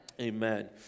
amen